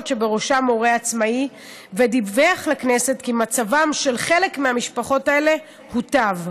שבראשן הורה עצמאי ודיווח לכנסת כי מצבן של חלק מהמשפחות האלה הוטב.